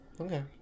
Okay